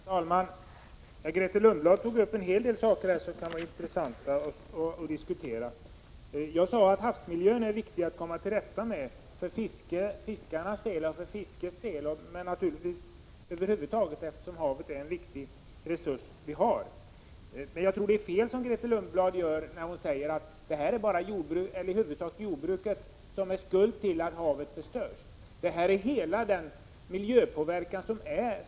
Herr talman! Grethe Lundblad tog upp en hel del saker som kan vara intressanta att diskutera. Jag sade att det är viktigt att komma till rätta med havsmiljön — för fiskets del men över huvud taget därför att havet är en viktig resurs. Men jag tror att det är fel att som Grethe Lundblad säga att det i huvudsak är jordbruket som är skuld till att havet förstörs. Nej, det gäller hela den miljöpåverkan som finns.